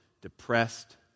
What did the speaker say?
depressed